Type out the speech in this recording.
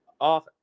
off